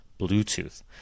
Bluetooth